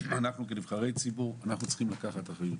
אנחנו כנבחרי ציבור צריכים לקחת אחריות.